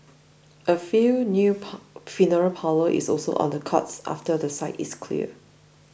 a few new funeral parlour is also on the cards after the site is cleared